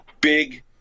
big